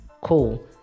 cool